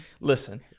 listen